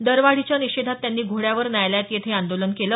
दरवाढीच्या निषेधात त्यांनी घोड्यावर न्यायालयात येत हे आंदोलन केलं